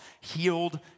healed